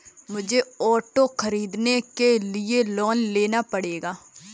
मुझे ऑटो खरीदने के लिए लोन लेना पड़ेगा